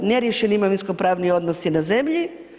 Neriješeni imovinsko-pravni odnosi na zemlji.